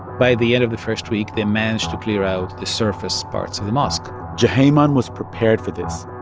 by the end of the first week, they managed to clear out the surface parts of the mosque juhayman was prepared for this.